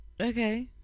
Okay